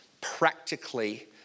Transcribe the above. practically